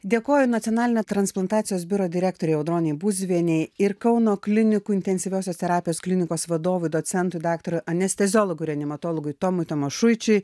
dėkoju nacionalinio transplantacijos biuro direktorei audronei būziuvienei ir kauno klinikų intensyviosios terapijos klinikos vadovui docentui daktarui anesteziologui reanimatologui tomui tamošuičiui